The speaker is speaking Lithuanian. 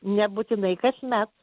nebūtinai kasmet